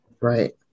Right